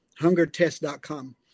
hungertest.com